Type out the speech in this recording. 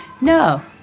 no